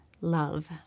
love